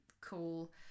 cool